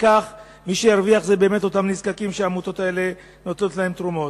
בכך מי שירוויח זה באמת אותם נזקקים שהעמותות האלה נותנות להם תרומות.